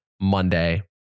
Monday